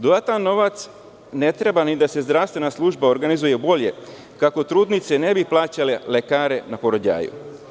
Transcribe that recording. Dodatan novac ne treba ni da se zdravstvena služba organizuje bolje, kako trudnice ne bi plaćale lekare na porođaju.